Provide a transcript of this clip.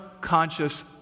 conscious